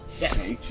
Yes